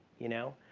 you know.